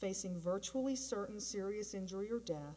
facing virtually certain serious injury or death